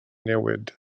newid